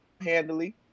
handily